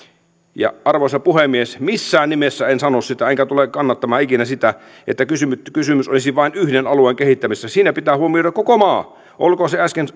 arvoisa puhemies missään nimessä en sano sitä enkä tule kannattamaan ikinä sitä että kysymys että kysymys olisi vain yhden alueen kehittämisestä siinä pitää huomioida koko maa olkoon se äsken